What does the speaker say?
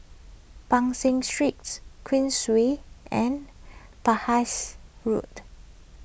Ban San Street Queensway and Penhas Road